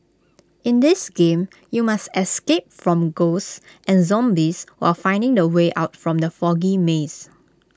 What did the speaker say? in this game you must escape from ghosts and zombies while finding the way out from the foggy maze